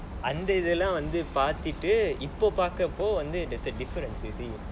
அந்த இதுலாம் பார்த்துட்டு இப்போ பாக்குறப்போ:antha ithulaam paarthuttu ippo paakurappo there's a difference you see